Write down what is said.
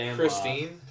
Christine